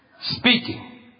Speaking